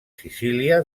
sicília